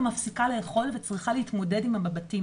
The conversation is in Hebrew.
מפסיקה לאכול וצריכה להתמודד עם המבטים.